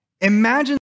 Imagine